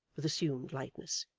with assumed lightness,